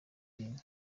ben